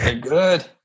good